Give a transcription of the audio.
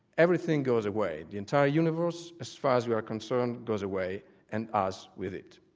everything goes away. the entire universe, as far as we are concerned, goes away and us with it.